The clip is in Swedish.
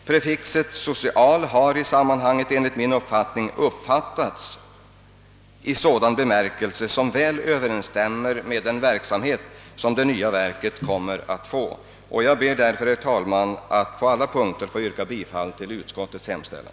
Prefixet »social» har i det sammanhang det här förekommer i namnet »socialstyrelsen», enligt min mening, uppfattats i en bemärkelse som väl överensstämmer med den verksamhet det nya verket skall bedriva. Jag ber därmed, herr talman, att på alla punkter få yrka bifall till utskottets hemställan.